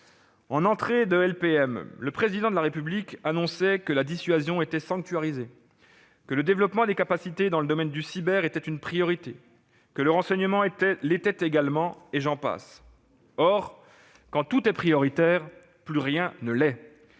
En début de LPM, le Président de la République annonçait que la dissuasion était sanctuarisée, que le développement des capacités dans le domaine du cyber était une priorité, tout comme le renseignement, et j'en passe. Or, quand tout devient prioritaire, plus rien ne l'est.